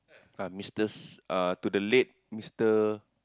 ah mister to the late mister